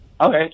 Okay